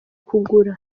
kugura